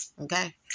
okay